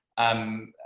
um,